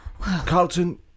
Carlton